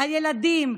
על ילדים,